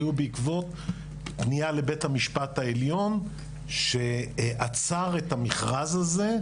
היו בעקבות פנייה לבית המשפט העליון שעצר את המכרז הזה,